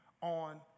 on